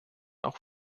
auch